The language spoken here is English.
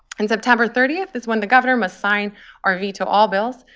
and september thirty is when the governor must sign or veto all bills,